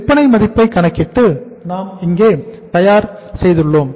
விற்பனை மதிப்பை கணக்கிட்டு நாம் இதை தயார் செய்துள்ளோம்